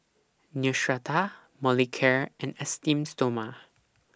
Neostrata Molicare and Esteem Stoma